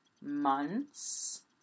months